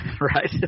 right